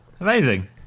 amazing